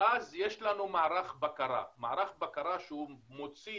אז יש לנו מערך בקרה שהוא מוציא